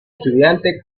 estudiante